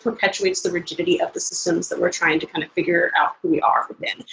perpetuates the rigidity of the systems that we're trying to kind of figure out who we are within.